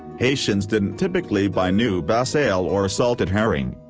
haitians didn't typically buy new bass ale or salted herring,